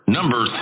Number